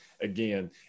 again